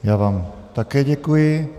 Já vám také děkuji.